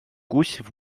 гусев